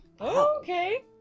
Okay